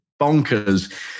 bonkers